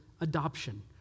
adoption